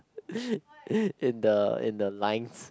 in the in the lines